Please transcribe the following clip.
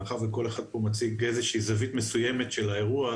מאחר וכל אחד פה מציג זווית מסוימת של האירוע,